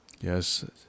yes